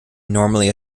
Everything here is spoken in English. normally